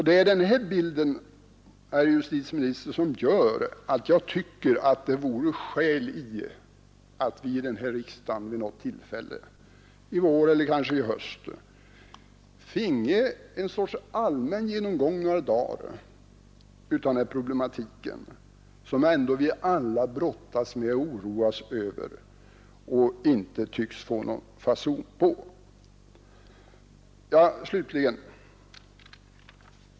Det är denna bild, herr justitieminister, som gör att jag tycker det vore skäligt att vi i denna riksdag vid något tillfälle, i vår eller kanske under hösten, finge en sorts allmän genomgång under några dagar av denna problematik som vi ändå alla brottas med och oroas över och inte tycks få någon fason på.